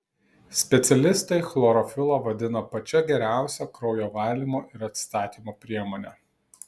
specialistai chlorofilą vadina pačia geriausia kraujo valymo ir atstatymo priemone